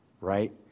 right